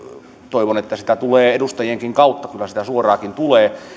toivon että sitä tulee edustajienkin kautta kyllä sitä suoraankin tulee ja